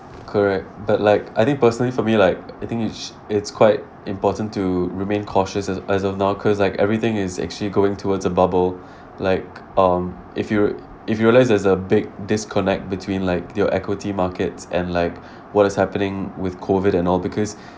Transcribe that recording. correct but like I think personally for me like I think it's it's quite important to remain cautious as as of now cause like everything is actually going towards a bubble like um if you if you realise there's a big disconnect between like your equity markets and like what is happening with COVID and all because